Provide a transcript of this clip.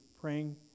praying